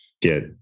get